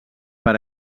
per